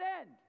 end